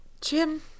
Jim